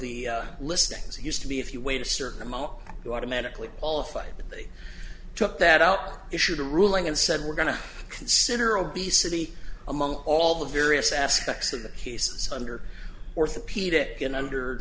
the list things used to be if you wait a certain amount you automatically qualify but they took that out issued a ruling and said we're going to consider obesity among all the various aspects of the cases under orthopedic and under